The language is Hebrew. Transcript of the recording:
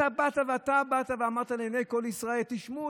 אתה באת ואמרת לעיני כל ישראל: תשמעו,